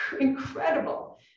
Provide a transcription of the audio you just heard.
incredible